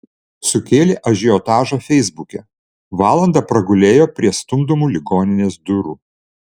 sukėlė ažiotažą feisbuke valandą pragulėjo prie stumdomų ligoninės durų